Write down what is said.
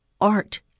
art